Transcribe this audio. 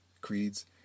creeds